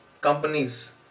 companies